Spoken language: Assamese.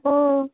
অঁ